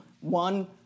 one